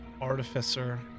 artificer